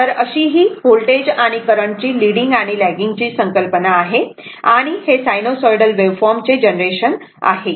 तर अशीही व्होल्टेज आणि करंट ची लीडिंग आणि लॅगिंग ची संकल्पना आहे आणि हे सायनोसाइडल वेव्हफॉर्म चे जनरेशन आहे